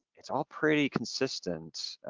it's all pretty consistent.